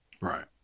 Right